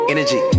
Energy